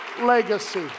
legacy